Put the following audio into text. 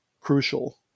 crucial